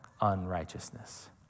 unrighteousness